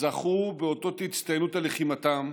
זכו באותות הצטיינות על לחימתם.